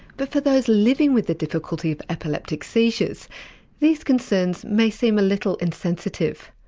but for those living with the difficulty of epileptic seizures these concerns may seem a little insensitive.